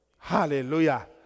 Hallelujah